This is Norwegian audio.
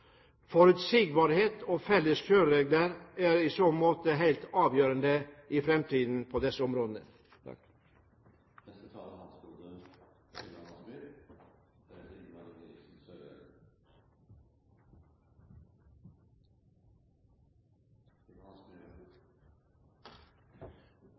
Forutsigbarhet og felles kjøreregler er i så måte helt avgjørende på disse områdene